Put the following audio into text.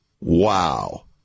Wow